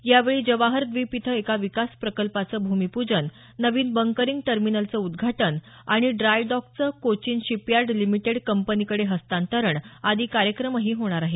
यावेळी जवाहर द्वीप इथं एका विकास प्रकल्पाचं भूमीपूजन नवीन बंकरिंग टर्मिनलचं उद्घाटन आणि ड्राय डॉकचं कोचीन शिपयार्ड लिमिटेड कंपनीकडे हस्तांतरण आदी कार्यक्रमही होणार आहेत